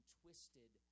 twisted